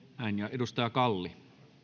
edustaja kalli